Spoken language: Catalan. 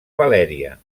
valèria